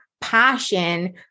passion